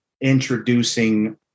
introducing